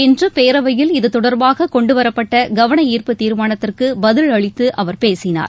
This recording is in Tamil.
இன்று பேரவையில் இது தொடர்பாக கொண்டு வரப்பட்ட கவனஈர்ப்பு தீர்மானத்திற்கு பதிலளித்து அவர் பேசினார்